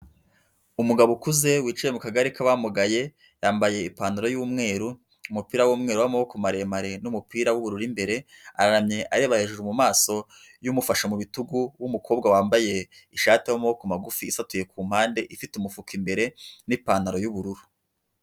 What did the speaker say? Umugabo ukuze wicaye mu kagari k'abamugaye yambaye ipantaro y'umweru, umupira w'umweru w'amaboko maremare n'umupira w'ubururu imbere, araramye areba hejuru mu maso y'umufasha mu bitugu w'umukobwa wambaye ishati y'amaboko magufi isatuye ku mpande ifite umufuka imbere n'ipantaro y'ubururu.